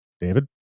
David